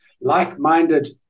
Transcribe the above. like-minded